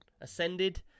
Ascended